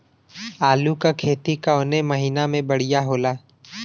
आलू क खेती कवने महीना में बढ़ियां होला?